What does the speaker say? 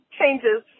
changes